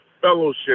fellowship